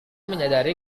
menyadari